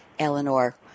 Eleanor